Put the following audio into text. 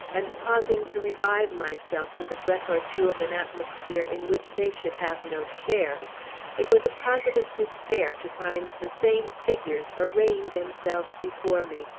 and pausing to revive myself with a breath or two of an atmosphere in which they should have no share it was a positive despair to find the same figures arraying themselves before me,